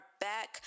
back